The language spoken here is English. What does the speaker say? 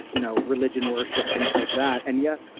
you know religion worship, things like that and yet,